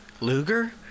Luger